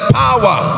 power